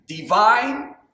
divine